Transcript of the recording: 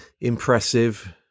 impressive